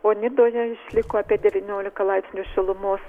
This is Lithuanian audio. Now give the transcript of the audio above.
o nidoje išliko apie devyniolika laipsnių šilumos